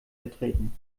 vertreten